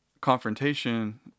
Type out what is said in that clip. confrontation